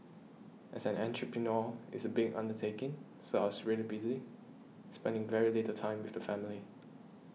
as an entrepreneur it's a big undertaking so I was really busy spending very little time with the family